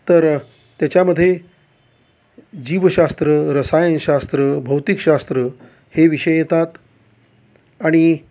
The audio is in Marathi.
तर त्याच्यामधे जीवशास्त्र रसायनशास्त्र भौतिकशास्त्र हे विषय येतात आणि